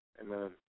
Amen